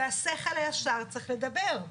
והשכל הישר צריך לדבר.